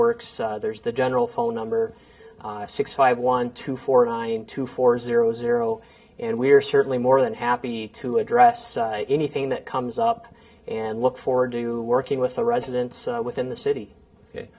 works there's the general phone number six five one two four nine two four zero zero and we're certainly more than happy to address anything that comes up and look forward to working with the residents within the city ok